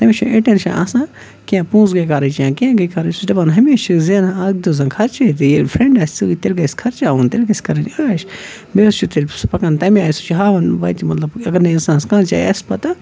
تٔمِس چھُنہٕ یہِ ٹٮ۪نشَن آسان کیٚنٛہہ پونٛسہٕ گٔے خرچ یا کیٚنٛہہ گٔے خرچ سُہ چھِ دَپان ہمیشہٕ چھِ زینان آز تہٕ زن خرچے تہِ ییٚلہِ فرٛٮ۪نٛڈ آسہِ سۭتۍ تیٚلہِ گژھِ خرچاوُن تیٚلہِ گژھِ کَرٕنۍ عٲش بیٚیہِ حظ چھُ تیٚلہِ سُہ پَکان تَمے آیہِ سُہ چھُ ہاوان مےٚ وَتہِ مطلب اَگر نہٕ اِنسانَس کانٛہہِ جاے آسہِ پَتہ